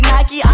Nike